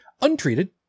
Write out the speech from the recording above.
Untreated